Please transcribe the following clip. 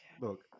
look